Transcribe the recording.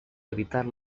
evitar